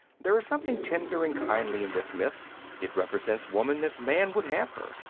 there is something tender and kindly in this myth it represents woman as man would have her,